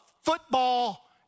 football